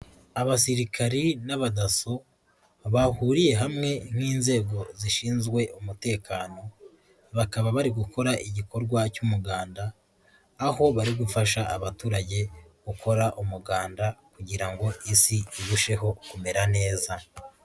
Abasirikari n'abadaso bahuriye hamwe nk'inzego zishinzwe umutekano, bakaba bari gukora igikorwa cy'umuganda, aho bari gufasha abaturage gukora umuganda kugira ngo isi irusheho kumera neza.